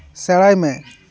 ᱥᱮᱬᱟᱭᱢᱮ